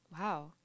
Wow